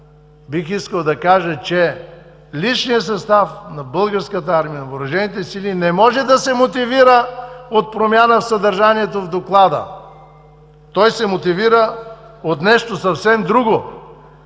бих искал да кажа, че личният състав на българската армия, въоръжените сили не може да се мотивира от промяна в съдържанието на доклада. Той се мотивира от нещо съвсем друго.